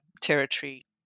territory